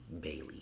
Bailey